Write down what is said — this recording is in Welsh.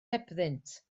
hebddynt